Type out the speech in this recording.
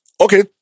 Okay